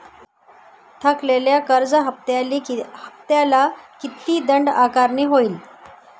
थकलेल्या कर्ज हफ्त्याला किती दंड आकारणी होईल?